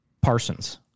Parsons